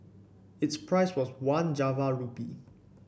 its price was one Java rupee